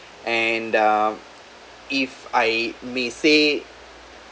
and uh if I may say